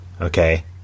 okay